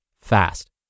fast